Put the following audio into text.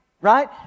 right